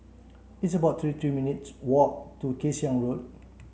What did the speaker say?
it's about three three minutes' walk to Kay Siang Road